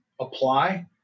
apply